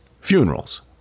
funerals